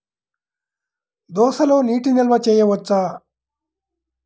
దోసలో నీటి నిల్వ చేయవచ్చా?